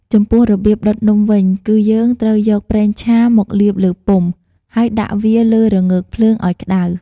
ចំពោះរបៀបដុតនំវិញ គឺយើងត្រូវយកប្រេងឆាមកលាបលើពុម្ព ហើយដាក់វាលើរងើកភ្លើងអោយក្តៅ។